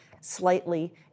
slightly